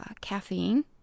caffeine